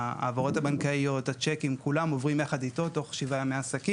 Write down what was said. תיתן קפיצה משמעותית